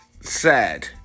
sad